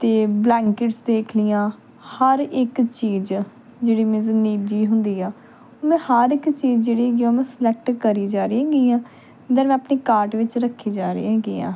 ਅਤੇ ਬਲੈਂਕਿਟਸ ਦੇਖ ਲਈਆਂ ਹਰ ਇੱਕ ਚੀਜ਼ ਜਿਹੜੀ ਮਿਨਜ਼ ਨੀਡੀ ਹੁੰਦੀ ਆ ਮੈਂ ਹਰ ਇੱਕ ਚੀਜ਼ ਜਿਹੜੀ ਹੈਗੀ ਉਹ ਮੈਂ ਸਲੈਕਟ ਕਰੀ ਜਾ ਰਹੀ ਹੈਗੀ ਹਾਂ ਦੈਨ ਮੈਂ ਆਪਣੇ ਕਾਰਟ ਵਿੱਚ ਰੱਖੀ ਜਾ ਰਹੀ ਹੈਗੀ ਹਾਂ